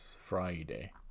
Friday